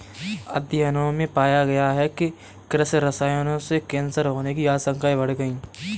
अध्ययनों में पाया गया है कि कृषि रसायनों से कैंसर होने की आशंकाएं बढ़ गई